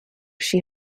she